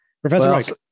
Professor